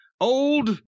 old